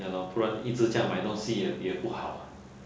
ya loh 不然一直这样买东西也也不好 ah